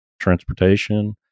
transportation